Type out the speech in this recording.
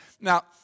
now